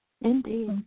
Indeed